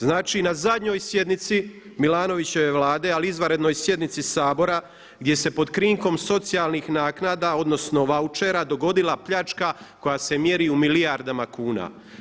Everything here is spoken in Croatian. Znači na zadnjoj sjednici Milanovićeve Vlade ali izvanrednoj sjednici Sabora gdje se pod krinkom socijalnih naknada odnosno vaučera dogodila pljačka koja se mjeri u milijardama kuna.